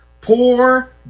Poor